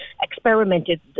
experimented